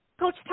Coach